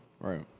Right